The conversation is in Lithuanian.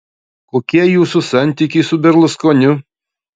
kokie jūsų santykiai su berluskoniu